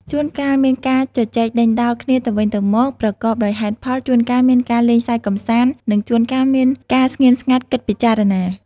ជួនកាលមានការជជែកដេញដោលគ្នាទៅវិញទៅមកប្រកបដោយហេតុផល ជួនកាលមានការលេងសើចកម្សាន្ត និងជួនកាលមានការស្ងៀមស្ងាត់គិតពិចារណា។